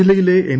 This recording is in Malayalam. ജില്ലയിലെ എൻ